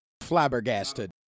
Flabbergasted